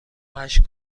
هشت